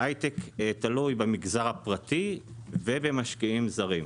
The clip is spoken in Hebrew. ההייטק תלוי במגזר הפרטי ובמשקיעים זרים.